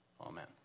Amen